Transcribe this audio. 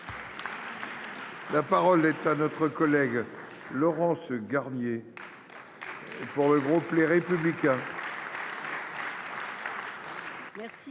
La parole est à Mme Laurence Garnier, pour le groupe Les Républicains.